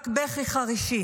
רק בכי חרישי